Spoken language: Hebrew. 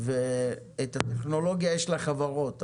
הטכנולוגיה יש לחברות,